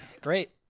Great